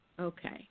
Okay